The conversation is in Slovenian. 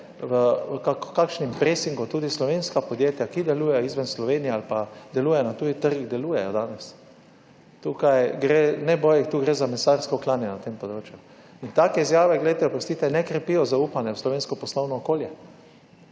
v kakšnem presingu tudi slovenska podjetja, ki delujejo izven Slovenije ali pa delujejo na tujih trgih, delujejo danes. Tukaj gre, ne boji, tu gre za mesarsko klanje na tem področju. Take izjave, glejte, oprostite, ne krepijo zaupanja v slovensko poslovno okolje.